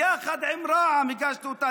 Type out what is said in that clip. יחד עם רע"מ הגשתי אותה,